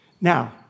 Now